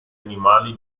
animali